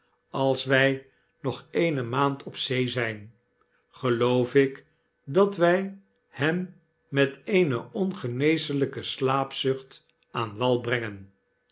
als wij nog eene maand op zee zijn geloof ik dat wy hem met eene ongeneeslyke slaapzucht aan wal brengen